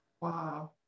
Wow